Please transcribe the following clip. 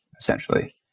essentially